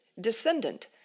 descendant